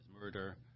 murder